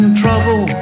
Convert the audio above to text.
trouble